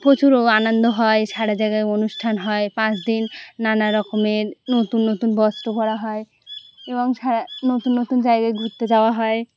প্রচুর আনন্দ হয় সারা জায়গায় অনুষ্ঠান হয় পাঁচ দিন নানা রকমের নতুন নতুন বস্ত্র পরা হয় এবং নতুন নতুন জায়গায় ঘুরতে যাওয়া হয়